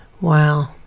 Wow